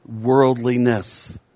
worldliness